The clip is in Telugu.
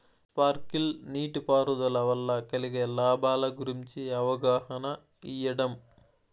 స్పార్కిల్ నీటిపారుదల వల్ల కలిగే లాభాల గురించి అవగాహన ఇయ్యడం?